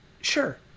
sure